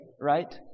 right